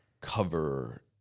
cover